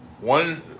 One